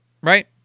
Right